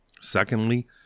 Secondly